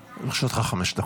לרשותך חמש דקות.